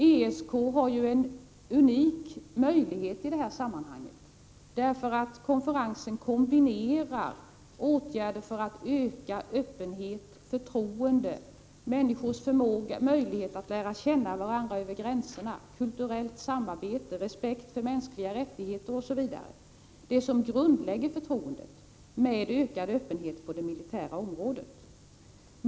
ESK har en unik möjlighet i detta sammanhang, därför att konferensen kombinerar åtgärder för att öka öppenhet, förtroende, människors möjligheter att lära känna varandra över gränserna, kulturellt samarbete, respekt för mänskliga rättigheter och annat som grundlägger förtroendet med ökad öppenhet på det militära området.